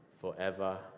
forever